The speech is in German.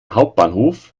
hauptbahnhof